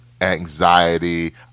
anxiety